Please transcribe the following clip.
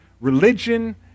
religion